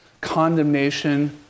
condemnation